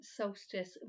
solstice